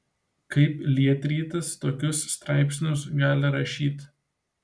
kaip lietrytis tokius straipsnius gali rašyt